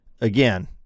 Again